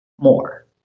more